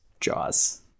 Jaws